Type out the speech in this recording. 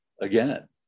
again